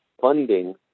funding